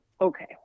okay